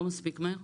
לא מספיק מהר.